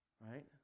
Right